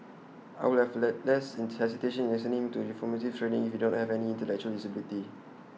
I would have had less hesitation in sending him to reformative training if he don't have any intellectual disability